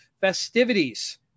festivities